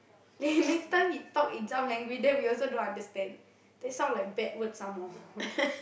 then next time he talk in some language then we also don't understand then sound like bad words some more